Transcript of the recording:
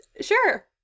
Sure